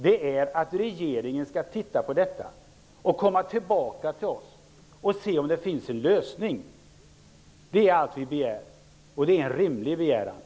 Det handlar om att regeringen skall se över problemet, undersöka om det finns en lösning och återkomma till riksdagen med förslag. Det är allt vi begär. Det är en rimlig begäran.